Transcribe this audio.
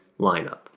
lineup